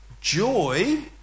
joy